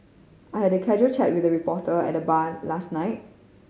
I had a casual chat with a reporter at the bar last night